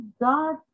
God